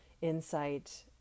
insight